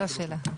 אותה שאלה.